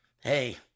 hey